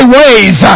ways